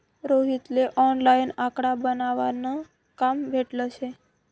रोहित ले ऑनलाईन आकडा बनावा न काम भेटेल शे